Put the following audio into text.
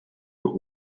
but